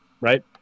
right